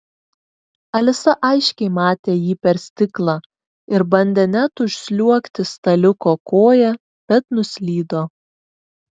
alisa aiškiai matė jį per stiklą ir bandė net užsliuogti staliuko koja bet nuslydo